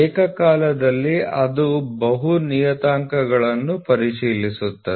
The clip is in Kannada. ಏಕಕಾಲದಲ್ಲಿ ಅದು ಬಹು ನಿಯತಾಂಕಗಳನ್ನು ಪರಿಶೀಲಿಸುತ್ತದೆ